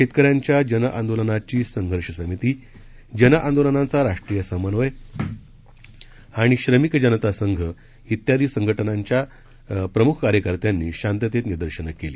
शेतकऱ्यांच्या जनआंदोलनाची संघर्ष समिती जनआंदोलनांचा राष्ट्रीय समन्वय आणि श्रमिक जनता संघ त्यादी संघटनांच्या प्रमुख कार्यकत्र्यानी शांततेत निदर्शनं केली